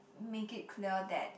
make it clear that